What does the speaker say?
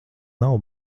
nav